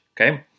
Okay